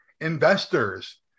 investors